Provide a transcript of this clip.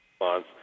response